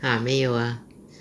!huh! 没有 ah